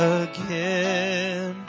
again